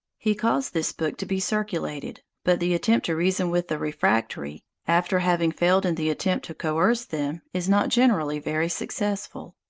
he caused this book to be circulated but the attempt to reason with the refractory, after having failed in the attempt to coerce them, is not generally very successful.